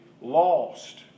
lost